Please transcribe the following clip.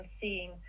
seeing